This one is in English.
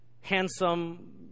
handsome